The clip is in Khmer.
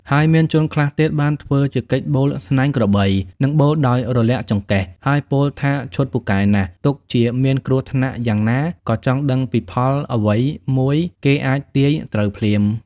ហើយមានជនខ្លះទៀតបានធ្វើជាកិច្ចបូលស្នែងក្របីនិងបូលដោយរលាក់ចង្កេះ ហើយពោលថាឆុតពូកែណាស់ទុកជាមានគ្រោះថ្នាក់យ៉ាងណាឬចង់ដឹងពីផលអ្វីមួយ គេអាចទាយត្រូវភ្លាម ។